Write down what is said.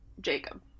Jacob